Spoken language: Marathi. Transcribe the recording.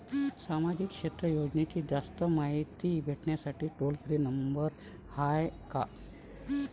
सामाजिक क्षेत्र योजनेची जास्त मायती भेटासाठी टोल फ्री नंबर हाय का?